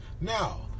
Now